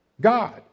God